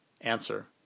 Answer